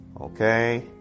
Okay